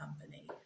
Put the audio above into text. company